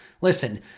Listen